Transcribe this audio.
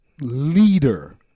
leader